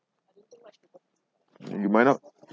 you might not